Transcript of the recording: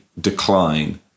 decline